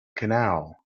canal